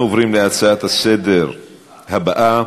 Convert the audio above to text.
אנחנו עוברים להצעות לסדר-היום הבאות: